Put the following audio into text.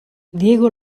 diego